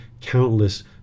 countless